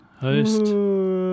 Host